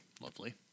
lovely